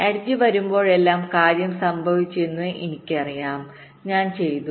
edge വരുമ്പോഴെല്ലാം കാര്യം സംഭവിച്ചുവെന്ന് എനിക്കറിയാം ഞാൻ ചെയ്തു